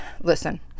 Listen